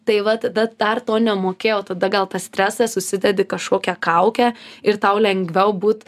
tai va tada dar to nemokėjau tada gal tas stresas užsidedi kažkokią kaukę ir tau lengviau būt